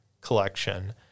collection